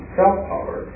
self-power